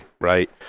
right